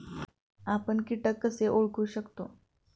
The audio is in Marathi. आपण कीटक कसे ओळखू शकतो?